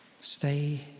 Stay